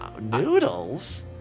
noodles